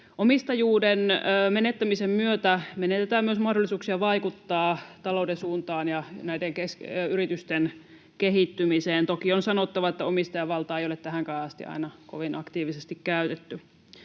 Omistajuuden menettämisen myötä menetetään myös mahdollisuuksia vaikuttaa talouden suuntaan ja näiden yritysten kehittymiseen. Toki on sanottava, että omistajan valtaa ei ole tähänkään asti aina kovin aktiivisesti käytetty.